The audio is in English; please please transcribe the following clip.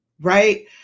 right